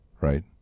right